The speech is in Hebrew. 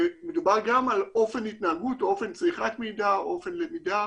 ומדובר גם על אופן התנהגות או אופן צריכת מידע או אופן למידה,